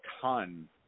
ton